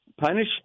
punish